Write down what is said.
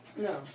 No